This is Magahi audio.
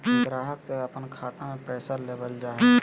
ग्राहक से अपन खाता में पैसा लेबल जा हइ